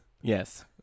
Yes